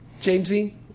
Jamesy